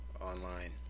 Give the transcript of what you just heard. online